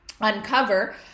uncover